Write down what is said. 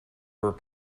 were